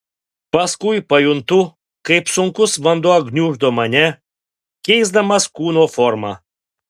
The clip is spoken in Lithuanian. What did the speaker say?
paskui pajuntu kaip sunkus vanduo gniuždo mane keisdamas kūno formą